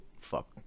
fuck